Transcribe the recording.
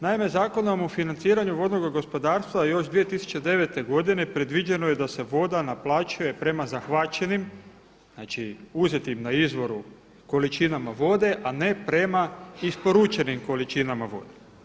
Naime, Zakonom o financiranju vodnoga gospodarstva još 2009. godine predviđeno je da se voda naplaćuje prema zahvaćenim, znači uzetim na izvoru količinama vode a ne prema isporučenim količinama vode.